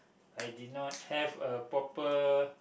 I did not have a proper